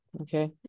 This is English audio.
okay